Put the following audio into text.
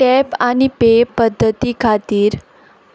tap आनी pay पद्दती खातीर